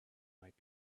might